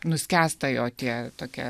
nuskęsta jokie tokie